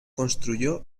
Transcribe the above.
construyó